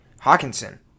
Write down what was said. Hawkinson